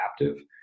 adaptive